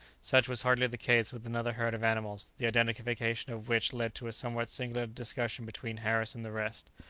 such was hardly the case with another herd of animals, the identification of which led to a somewhat singular discussion between harris and the rest.